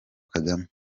kagame